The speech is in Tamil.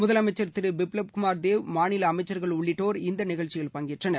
முதலமைச்ச் திரு பிப்வப் குமார் தேவ் மாநில அமைச்ச்கள் உள்ளிட்டோர் இந்நிகழ்ச்சியில் பங்கேற்றனர்